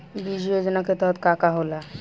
बीज योजना के तहत का का होला?